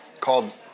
called